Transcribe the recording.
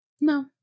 no